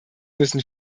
müssen